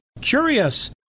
curious